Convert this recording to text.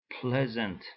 pleasant